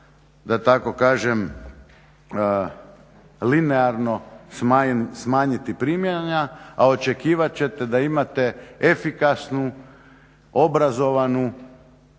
da tako kažem linearno smanjiti primanja, a očekivat ćete da imate efikasnu, obrazovanu